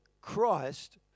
Christ